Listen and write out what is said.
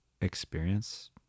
experience